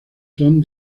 son